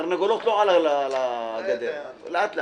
התרנגולות לא על הגדר, לאט לאט.